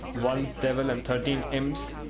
one divil and thirteen imps,